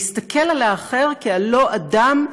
להסתכל על האחר כעל לא אדם,